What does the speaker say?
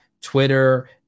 Twitter